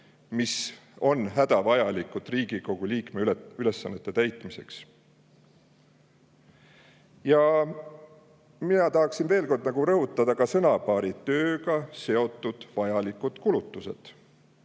mis on hädavajalikud Riigikogu liikme ülesannete täitmiseks. Mina tahaksin veel kord rõhutada ka sõnaühendit "tööga seotud vajalikud kulutused".